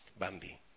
Bambi